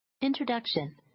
Introduction